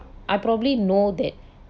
I probably know that